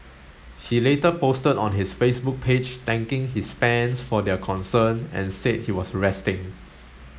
he later posted on his Facebook page thanking his fans for their concern and said he was resting